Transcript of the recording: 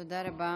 תודה רבה.